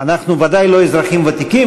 אנחנו ודאי לא אזרחים ותיקים,